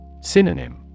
Synonym